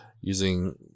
using